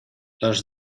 los